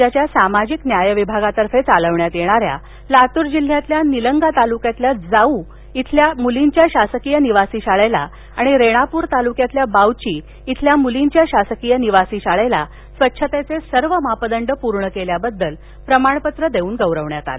राज्याच्या सामाजिक न्याय विभागातर्फे चालविण्यात येणाऱ्या लातूर जिल्ह्यातील निलंगा तालुक्यातील जाऊ इथल्या मुलींच्या शासकीय निवासी शाळेला आणि रेणापूर तालुक्यामधील बाऊची इथल्या मुलींच्या शासकीय निवासी शाळेला स्वच्छतेचे सर्व मापदंड पूर्ण केल्याबद्दल प्रमाणपत्र देऊन गौरविण्यात आलं